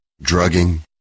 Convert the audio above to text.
drugging